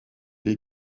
les